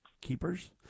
keepers